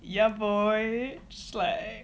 yeah boy swag